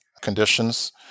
conditions